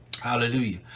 Hallelujah